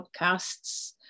podcasts